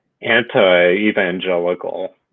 anti-evangelical